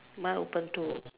mine open too